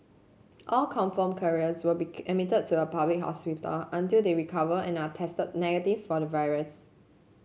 all confirmed carriers will be admitted to a public hospital until they recover and are tested negative for the virus